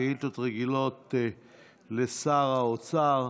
שאילתות רגילות לשר האוצר.